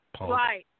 right